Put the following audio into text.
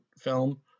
film